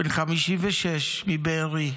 בן 56, מבארי.